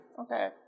Okay